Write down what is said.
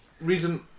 reason